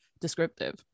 descriptive